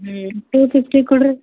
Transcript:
ಹ್ಞೂ ಟು ಫಿಫ್ಟಿಗೆ ಕೊಡ್ರಿ